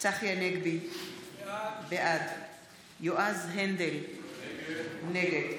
צחי הנגבי, בעד יועז הנדל, נגד